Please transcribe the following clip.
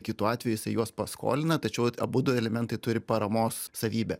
kitu atveju jisai juos paskolina tačiau abudu elementai turi paramos savybę